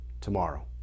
tomorrow